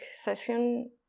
session